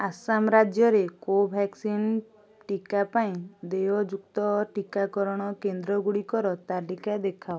ଆସାମ ରାଜ୍ୟରେ କୋଭ୍ୟାକ୍ସିନ୍ ଟିକା ପାଇଁ ଦେୟଯୁକ୍ତ ଟୀକାକରଣ କେନ୍ଦ୍ର ଗୁଡ଼ିକର ତାଲିକା ଦେଖାଅ